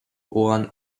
won